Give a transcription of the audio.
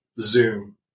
zoom